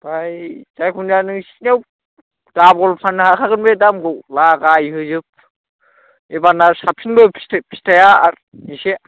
आमफाय जायखुनु जाया नोंसिनाव दाबल फान्नो हाखागोनबे दामखौ लागाय होजोब एबारना साबसिनबो फि फिथाइया आर इसे